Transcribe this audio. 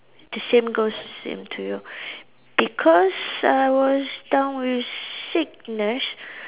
the same goes to you because I was down with sickness